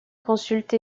consulte